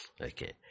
Okay